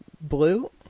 blue